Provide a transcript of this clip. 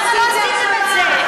למה לא עשיתם את זה?